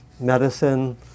medicine